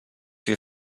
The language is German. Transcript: wir